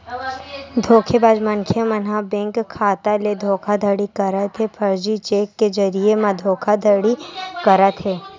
धोखेबाज मनखे मन ह बेंक खाता ले धोखाघड़ी करत हे, फरजी चेक के जरिए म धोखाघड़ी करत हे